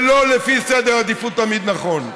ולא תמיד לפי סדר עדיפויות נכון.